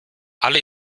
alle